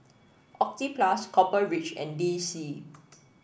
Oxyplus Copper Ridge and D C